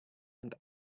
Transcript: and